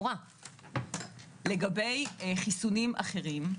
לגבי חיסונים אחרים,